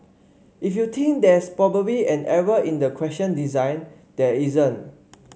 if you think there's probably an error in the question design there isn't